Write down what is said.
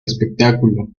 espectáculo